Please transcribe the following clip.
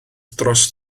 dros